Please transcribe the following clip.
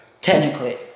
technically